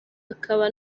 akaba